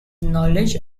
knowledge